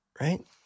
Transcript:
right